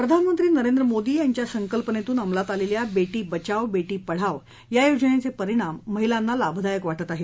प्रधानमंत्री नरेंद्र मोदी यांच्या संकल्पनेतून अमलात आलेल्या बेटी बचाव बेटी पढाव या योजनेचे परिणाम महिलांना लाभदायक वाटत आहेत